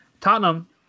Tottenham